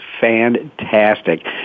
fantastic